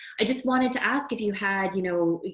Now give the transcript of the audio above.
i just wanted to ask if you had, you know,